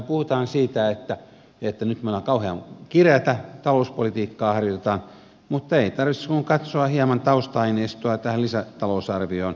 meillä puhutaan siitä että nyt meillä harjoitetaan kauhean kireää talouspolitiikkaa mutta ei tarvitse kuin katsoa hieman tausta aineistoa tähän lisätalousarvioon